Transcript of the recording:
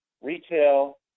retail